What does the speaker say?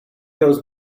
goes